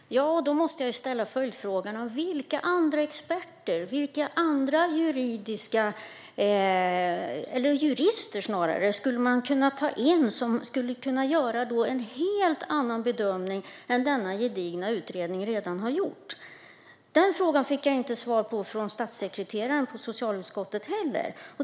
Herr talman! Då måste jag ställa följdfrågan: Vilka andra experter eller jurister skulle man kunna ta in som skulle kunna göra en helt annan bedömning än vad denna gedigna utredning redan har gjort? Den frågan fick jag inte heller svar på från statssekreteraren när hon var i socialutskottet.